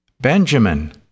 Benjamin